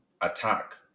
attack